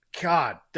God